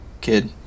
kid